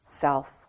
self